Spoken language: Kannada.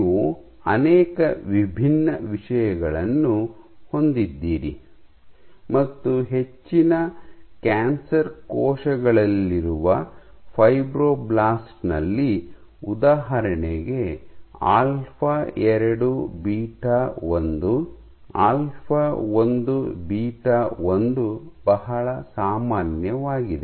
ನೀವು ಅನೇಕ ವಿಭಿನ್ನ ವಿಷಯಗಳನ್ನು ಹೊಂದಿದ್ದೀರಿ ಮತ್ತು ಹೆಚ್ಚಿನ ಕ್ಯಾನ್ಸರ್ ಕೋಶಗಳಲ್ಲಿರುವ ಫೈಬ್ರೊಬ್ಲಾಸ್ಟ್ನಲ್ಲಿ ಉದಾಹರಣೆಗೆ ಆಲ್ಫಾ 2 ಬೀಟಾ 1 ಆಲ್ಫಾ 1 ಬೀಟಾ 1 ಬಹಳ ಸಾಮಾನ್ಯವಾಗಿದೆ